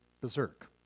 berserk